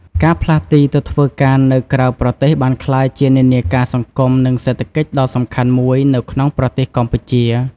ការផ្លាស់ទីទៅធ្វើការនៅក្រៅប្រទេសបានក្លាយជានិន្នាការសង្គម និងសេដ្ឋកិច្ចដ៏សំខាន់មួយនៅក្នុងប្រទេសកម្ពុជា។